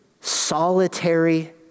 solitary